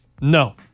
No